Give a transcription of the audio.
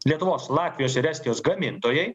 lietuvos latvijos ir estijos gamintojai